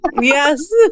Yes